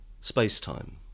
space-time